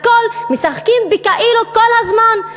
משחקים ב"כאילו" כל הזמן.